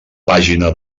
pàgina